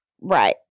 Right